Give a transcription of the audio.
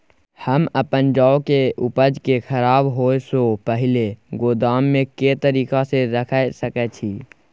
हम अपन जौ के उपज के खराब होय सो पहिले गोदाम में के तरीका से रैख सके छी?